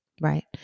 right